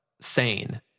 sane